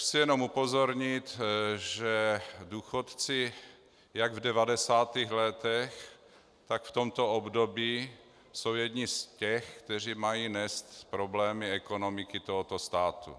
Chci jenom upozornit, že důchodci jak v 90. letech, tak v tomto období jsou jedni z těch, kteří mají nést problémy ekonomiky tohoto státu.